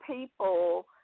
people